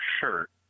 shirt